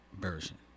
version